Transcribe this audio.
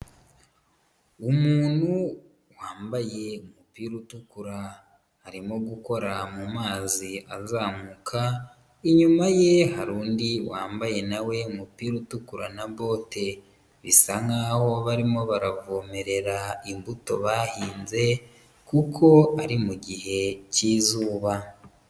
Umuntu, wambaye umupira utukura, arimo gukora mu mazi azamuka, inyuma ye hari undi wambaye nawe umupira utukura na bote, bisa nk'aho barimo baravomerera imbuto bahinze, kuko ari mu gihe cy'izuba.